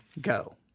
go